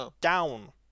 Down